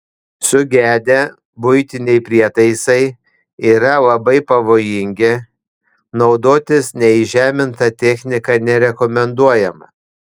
sugedę buitiniai prietaisai yra labai pavojingi naudotis neįžeminta technika nerekomenduojama